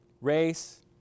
race